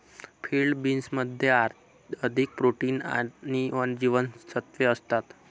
field बीन्समध्ये अधिक protein आणि जीवनसत्त्वे असतात